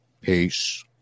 Peace